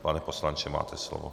Pane poslanče, máte slovo.